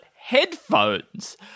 headphones